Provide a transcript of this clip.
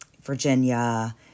Virginia